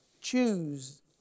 choose